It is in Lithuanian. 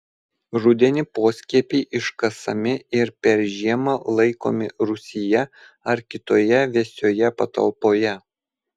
rudenį poskiepiai iškasami ir per žiemą laikomi rūsyje ar kitoje vėsioje patalpoje